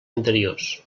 anteriors